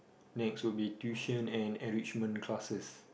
next would be tuition and enrichment classes